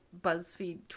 BuzzFeed